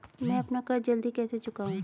मैं अपना कर्ज जल्दी कैसे चुकाऊं?